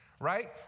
Right